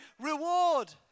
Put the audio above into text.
reward